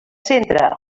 centre